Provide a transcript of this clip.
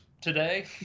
today